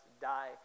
die